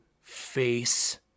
face